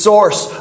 source